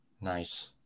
Nice